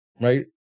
Right